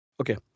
Okay